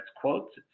quotes